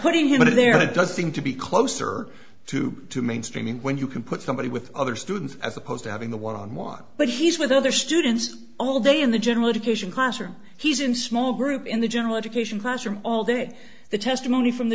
putting him in there does seem to be closer to mainstreaming when you can put somebody with other students as opposed to having the one one but he's with other students all day in the general education classroom he's in small group in the general education classroom all that the testimony from the